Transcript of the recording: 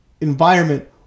environment